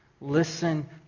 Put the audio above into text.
Listen